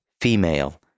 female